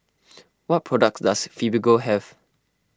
what products does Fibogel have